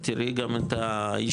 את תראי גם את ההשתנות,